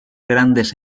grandes